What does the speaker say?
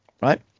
right